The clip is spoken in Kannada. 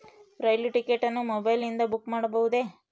ರೈಲು ಟಿಕೆಟ್ ಅನ್ನು ಮೊಬೈಲಿಂದ ಬುಕ್ ಮಾಡಬಹುದೆ?